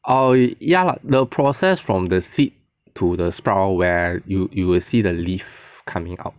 oh ya lah the process from the seed to the sprout where you you will see the leaf coming out